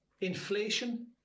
inflation